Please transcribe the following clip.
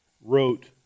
wrote